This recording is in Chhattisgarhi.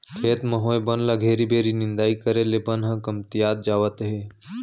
खेत म होए बन ल घेरी बेरी निंदाई करे ले बन ह कमतियात जावत हे